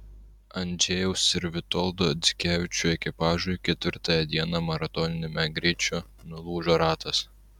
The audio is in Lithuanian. andžejaus ir vitoldo dzikevičių ekipažui ketvirtąją dieną maratoniniame greičio nulūžo ratas